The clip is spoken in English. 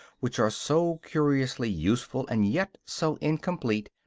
which are so curiously useful and yet so incomplete,